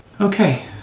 Okay